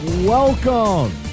Welcome